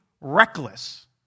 reckless